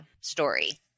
story